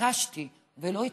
התעקשתי ולא הצלחתי.